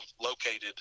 located